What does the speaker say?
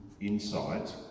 insight